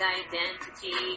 identity